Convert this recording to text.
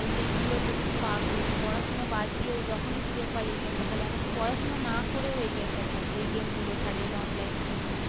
এই গেমগুলোর প্রতি খুব আগ্রহী পড়াশোনা বাদ দিয়েও যখনই সুযোগ পায় এই গেমটা খেলে এমনকি পড়াশোনা না করেও এই গেমটা খেলে এই গেমগুলো খেলে এই অনলাইন গেমগুলো